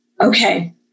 okay